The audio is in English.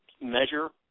measure